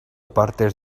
partes